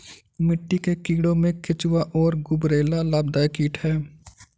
मिट्टी के कीड़ों में केंचुआ और गुबरैला लाभदायक कीट हैं